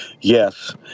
Yes